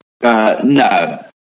no